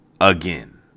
again